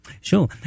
sure